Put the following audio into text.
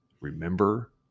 remember